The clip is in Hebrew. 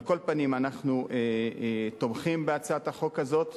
על כל פנים, אנחנו תומכים בהצעת החוק הזאת,